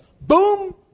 Boom